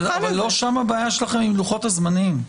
לא שם הבעיה שלכם עם לוחות הזמנים.